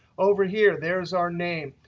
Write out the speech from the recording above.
over here there is our name.